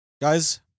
Guys